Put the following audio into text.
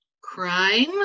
crime